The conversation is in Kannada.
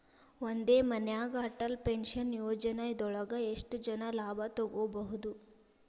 ಒಂದೇ ಮನ್ಯಾಗ್ ಅಟಲ್ ಪೆನ್ಷನ್ ಯೋಜನದೊಳಗ ಎಷ್ಟ್ ಜನ ಲಾಭ ತೊಗೋಬಹುದು?